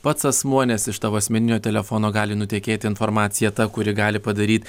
pats asmuo nes iš tavo asmeninio telefono gali nutekėti informacija ta kuri gali padaryt